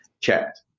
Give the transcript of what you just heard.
checked